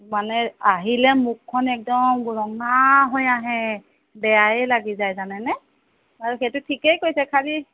মানে আহিলে মুখখন একদম ৰঙা হৈ আহে বেয়াই লাগি যায় জানেনে বাৰু সেইটো ঠিকেই কৰিছে খালি